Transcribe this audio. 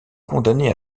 condamné